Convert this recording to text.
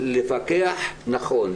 לפקח נכון,